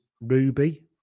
Ruby